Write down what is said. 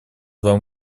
два